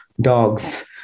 dogs